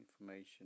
information